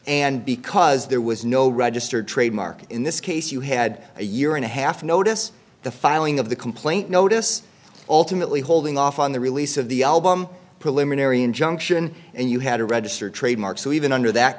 and because there was no registered trademark in this case you had a year and a half notice the filing of the complaint notice ultimately holding off on the release of the album preliminary injunction and you had a registered trademark so even under that